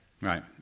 Right